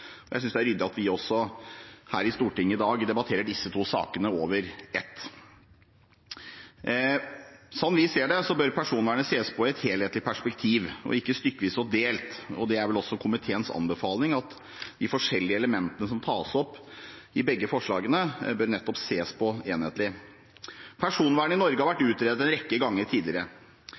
Jeg synes det er ryddig at vi her i Stortinget i dag debatterer disse to sakene under ett. Slik vi ser det, bør personvern ses i et helhetlig perspektiv og ikke stykkevis og delt, og det er vel også komiteens anbefaling at de forskjellige elementene som tas opp i begge forslagene, bør ses på enhetlig. Personvern i Norge har vært utredet en rekke ganger tidligere.